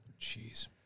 Jeez